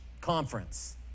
Conference